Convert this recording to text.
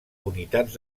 unitats